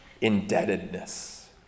indebtedness